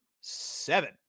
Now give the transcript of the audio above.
seven